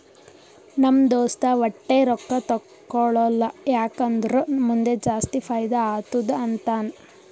ನಮ್ ದೋಸ್ತ ವಟ್ಟೆ ರೊಕ್ಕಾ ತೇಕೊಳಲ್ಲ ಯಾಕ್ ಅಂದುರ್ ಮುಂದ್ ಜಾಸ್ತಿ ಫೈದಾ ಆತ್ತುದ ಅಂತಾನ್